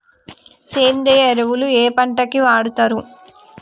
సేంద్రీయ ఎరువులు ఏ పంట కి వాడుతరు?